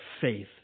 faith